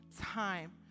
time